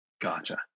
Gotcha